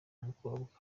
umukobwa